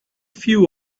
few